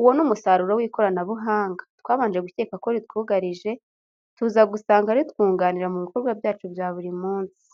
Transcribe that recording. Uwo ni umusaruro w'ikoranabuhanga, twabanje gukeka ko ritwuarije, tuzaba gusanga ritwunganira mu bikorwa byacu bya buri munsi.